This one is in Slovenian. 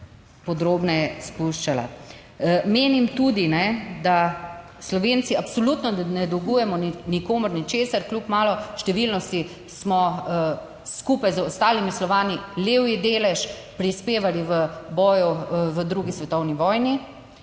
podrobneje spuščala. Menim tudi, da Slovenci absolutno ne dolgujemo nikomur ničesar. Kljub maloštevilnosti smo skupaj z ostalimi Slovani levji delež prispevali v boju v drugi svetovni vojni.